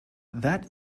that